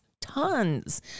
tons